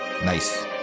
Nice